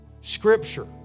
scripture